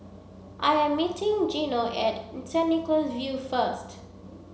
I am meeting Gino at Saint Nicholas View first